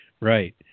Right